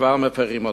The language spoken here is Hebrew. וכבר מפירים אותם.